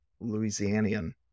Louisianian